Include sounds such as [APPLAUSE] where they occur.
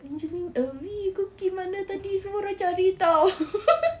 angelia lee kau pergi mana tadi semua orang cari [tau] [LAUGHS]